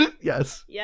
Yes